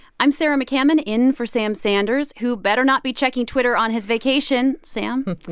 i'm sarah mccammon in for sam sanders, who better not be checking twitter on his vacation, sam.